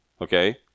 okay